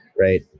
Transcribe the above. right